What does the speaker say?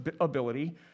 ability